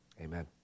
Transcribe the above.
amen